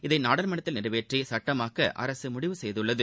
இதை நாடாளுமன்றத்தில் நிறைவேற்றி சட்டமாக்க அரசு முடிவு செய்துள்ளது